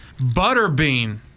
Butterbean